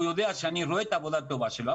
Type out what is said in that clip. והוא יודע שאני רואה את העבודה הטובה שלו.